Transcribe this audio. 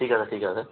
ঠিক আছে ঠিক আছে